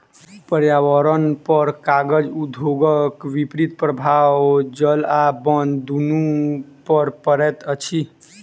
पर्यावरणपर कागज उद्योगक विपरीत प्रभाव जल आ बन दुनू पर पड़ैत अछि